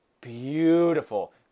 beautiful